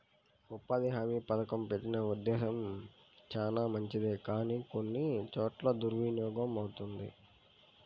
ఉపాధి హామీ పథకం పెట్టిన ఉద్దేశం చానా మంచిదే కానీ కొన్ని చోట్ల దుర్వినియోగమవుతుంది